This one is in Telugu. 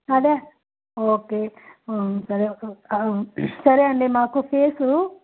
అదే ఓకే సరే సరే అండి మాకు ఫేసు